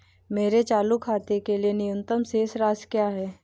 मेरे चालू खाते के लिए न्यूनतम शेष राशि क्या है?